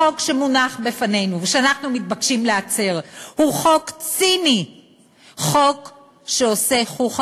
החוק שמונח בפנינו ושאנחנו מתבקשים לאשר הוא חוק ציני שעושה חוכא